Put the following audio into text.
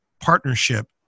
partnership